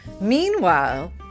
Meanwhile